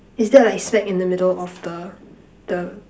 is that like smack in the middle of the the